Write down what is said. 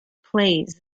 plays